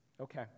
Okay